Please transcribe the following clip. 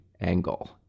angle